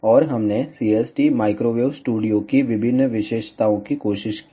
और हमने CST microwave studio की विभिन्न विशेषताओं की कोशिश की